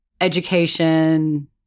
education